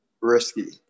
risky